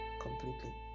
completely